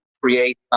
create